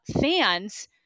fans